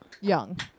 Young